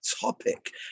topic